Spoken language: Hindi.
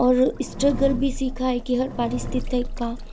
और स्ट्रगल भी सीखा है कि हर परिस्थिति का